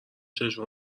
چشم